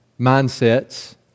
mindsets